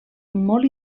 molt